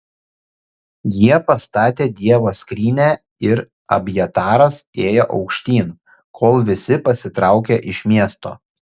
jie pastatė dievo skrynią ir abjataras ėjo aukštyn kol visi pasitraukė iš miesto